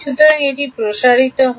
সুতরাং এটি প্রসারিত হয়